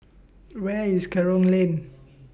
Where IS Kerong Lane